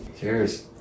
cheers